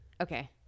Okay